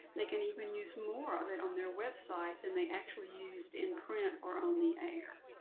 they can even use more of it on their website than they actually used in print or on the air.